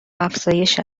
افزایش